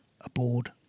aboard